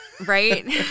Right